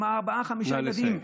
ארבעה-חמישה ילדים,